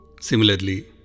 Similarly